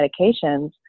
medications